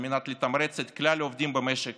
על מנת לתמרץ את כלל העובדים במשק